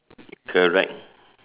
correct